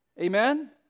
Amen